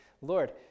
Lord